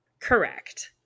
Correct